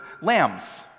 Lambs